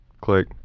Click